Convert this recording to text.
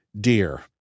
dear